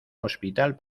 hospital